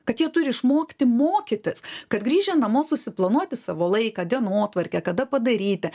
kad jie turi išmokti mokytis kad grįžę namo susiplanuoti savo laiką dienotvarkę kada padaryti